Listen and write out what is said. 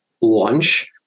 lunch